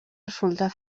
resultar